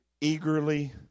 eagerly